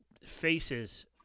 faces